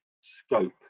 scope